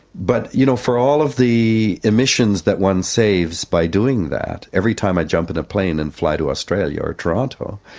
but you know for all of the emissions that one saves by doing that, every time i jump in a plane and fly to australia or toronto,